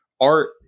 art